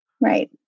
Right